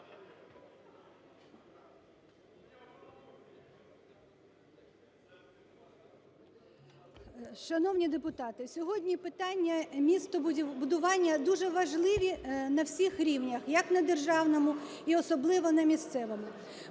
Шановні депутати, сьогодні питання містобудування дуже важливі на всіх рівнях, як на державному, і особливо на місцевому.